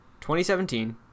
2017